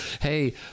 Hey